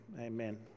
amen